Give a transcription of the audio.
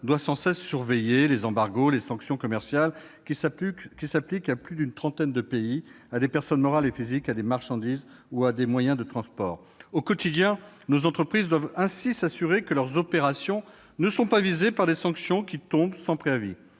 doit sans cesse surveiller les embargos et les sanctions commerciales qui s'appliquent à plus d'une trentaine de pays, à des personnes morales et physiques, à des marchandises ou à des moyens de transport. Au quotidien, nos entreprises doivent ainsi s'assurer que leurs opérations ne sont pas visées par des sanctions qui tombent sans préavis.